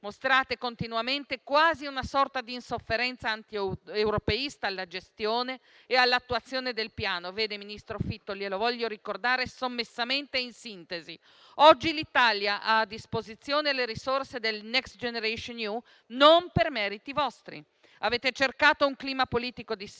Mostrate continuamente quasi una sorta d'insofferenza antieuropeista alla gestione e all'attuazione del Piano. Ministro Fitto, glielo voglio ricordare sommessamente e in sintesi: oggi l'Italia ha a disposizione le risorse del Next generation EU non per meriti vostri. Avete creato un clima politico di sfiducia